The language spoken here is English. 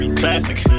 classic